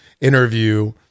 interview